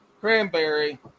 cranberry